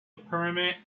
permit